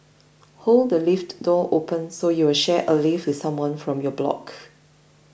hold the lift door open so you'll share a lift with someone from your block